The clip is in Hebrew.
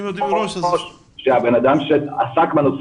מראש, האדם שעוסק בנושא